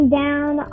down